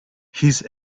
his